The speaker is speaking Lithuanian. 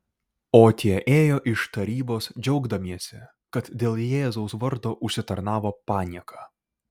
o tie ėjo iš tarybos džiaugdamiesi kad dėl jėzaus vardo užsitarnavo panieką